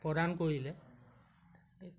প্ৰদান কৰিলে